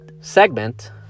segment